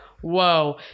whoa